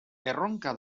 erronka